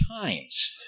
times